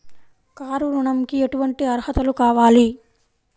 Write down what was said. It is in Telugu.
కారు ఋణంకి ఎటువంటి అర్హతలు కావాలి?